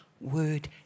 word